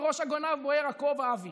על ראש הגנב בוער הכובע, אבי.